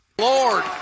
Lord